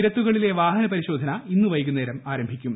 നിരത്തുകളിലെ വാഹനപരിശോധന ഇന്ന് വൈകുന്നേരം ആരംഭിക്കും